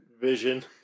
Vision